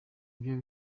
byo